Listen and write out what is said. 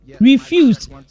Refused